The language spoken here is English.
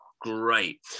great